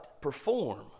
perform